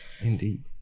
Indeed